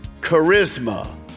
charisma